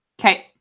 Okay